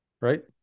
right